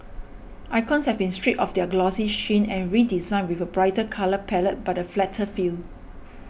icons have been stripped of their glossy sheen and redesigned with a brighter colour palette but a flatter feel